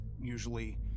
usually